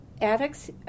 addicts